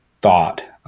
thought